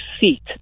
seat